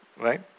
right